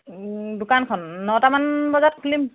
দোকানখন নটামান বজাত খুলিম